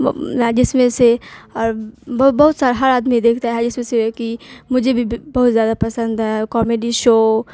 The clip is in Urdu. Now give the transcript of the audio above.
جس میں سے بہت سارا ہر آدمی دیکھتا ہے اس اس سے کہ مجھے بھی بہت زیادہ پسند ہے کامیڈی شو